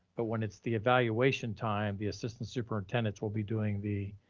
but when it's the evaluation time, the assistant superintendents will be doing the,